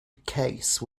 case